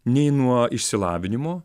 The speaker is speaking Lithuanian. nei nuo išsilavinimo